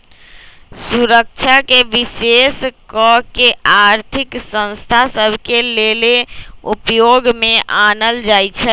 सुरक्षाके विशेष कऽ के आर्थिक संस्था सभ के लेले उपयोग में आनल जाइ छइ